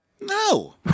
No